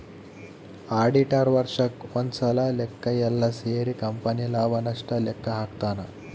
auditor ವರ್ಷಕ್ ಒಂದ್ಸಲ ಲೆಕ್ಕ ಯೆಲ್ಲ ಸೇರಿ ಕಂಪನಿ ಲಾಭ ನಷ್ಟ ಲೆಕ್ಕ ಹಾಕ್ತಾನ